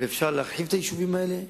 ואפשר להרחיב את היישובים האלה,